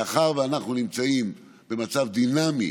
מאחר שאנחנו נמצאים במצב דינמי